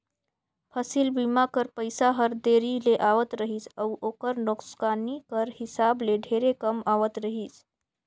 फसिल बीमा कर पइसा हर देरी ले आवत रहिस अउ ओकर नोसकानी कर हिसाब ले ढेरे कम आवत रहिस